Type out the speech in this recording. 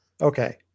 okay